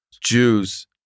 Jews